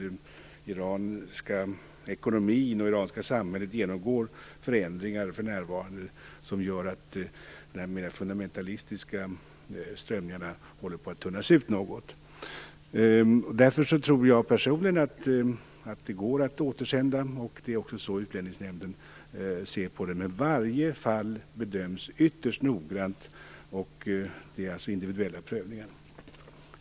Den iranska ekonomin och det iranska samhället genomgår för närvarande förändringar som gör att de mera fundamentalistiska strömningarna håller på att något tunnas ut. Därför tror jag personligen att det går att återsända, och det är också så Utlänningsnämnden ser på saken. Men varje fall bedöms ytterst noggrant. Det är alltså individuella prövningar.